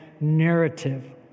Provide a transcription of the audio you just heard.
narrative